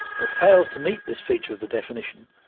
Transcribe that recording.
but fails to meet this feature of the definition,